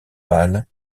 pâle